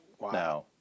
now